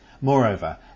Moreover